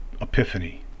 epiphany